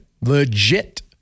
Legit